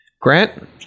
Grant